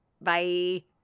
Bye